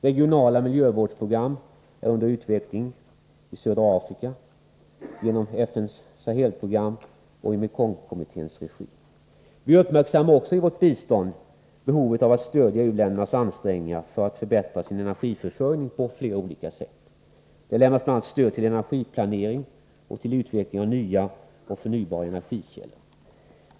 Regionala miljövårdsprogram är under utveckling inom ramen för SADCC i södra Afrika, genom FN:s Sahelprogram och i Mekongkommitténs regi. Vi uppmärksammar i vårt bistånd också behovet av att stödja u-ländernas ansträngningar att förbättra sin energiförsörjning på flera sätt. Vi lämnar bl.a. stöd till energiplanering och till utveckling av nya och förnybara energikällor.